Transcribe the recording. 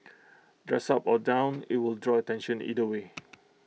dressed up or down IT will draw attention either way